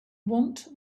want